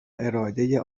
اراده